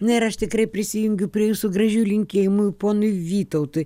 na ir aš tikrai prisijungiu prie jūsų gražių linkėjimų ponui vytautui